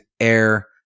air